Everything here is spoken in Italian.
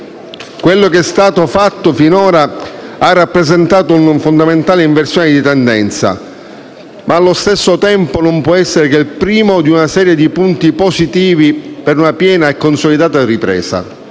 Quello che è stato fatto finora ha rappresentato una fondamentale inversione di tendenza, ma allo stesso tempo non può essere che il primo di una serie di punti positivi per una piena e consolidata ripresa.